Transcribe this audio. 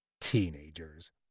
Teenagers